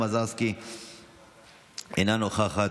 אינו נוכח,